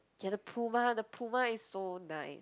ya the Puma the Puma is so nice